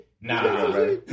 Nah